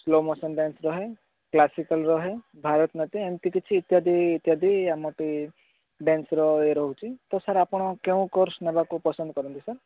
slow motion dance ରହେ classical ରହେ ଭାରତନାଟ୍ୟ ଏମିତି କିଛି ଇତ୍ୟାଦି ଇତ୍ୟାଦି ଆମର ଟିକେ ଡ୍ୟାନ୍ସ ରହୁଛି ତ ସାର୍ ଆପଣ କେଉଁ କୋର୍ସ ନେବାକୁ ପସନ୍ଦ କରନ୍ତି ସାର୍